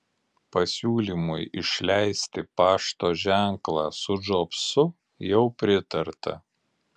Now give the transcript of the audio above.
pasiūlymui išleisti pašto ženklą su džobsu jau pritarta